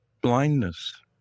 blindness